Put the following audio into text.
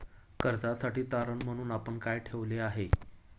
कर्जासाठी तारण म्हणून आपण काय ठेवले आहे?